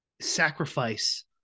sacrifice